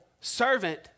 servant